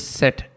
set